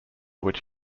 which